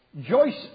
Joyce